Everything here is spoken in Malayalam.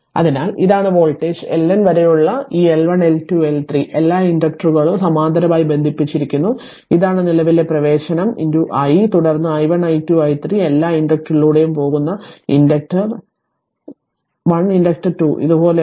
അതിനാൽ ഇതാണ് വോൾട്ടേജ് L N വരെയുള്ള ഈ L 1 L 2 L 3 എല്ലാ ഇൻഡക്ടറുകളും സമാന്തരമായി ബന്ധിപ്പിച്ചിരിക്കുന്നു ഇതാണ് നിലവിലെ പ്രവേശനം i തുടർന്ന് i1 i2 i3 എല്ലാ ഇൻഡക്ടറിലൂടെയും പോകുന്നു ഇൻഡക്റ്റർ 1 ഇൻഡക്റ്റർ 2 ഇതുപോലെയാണ്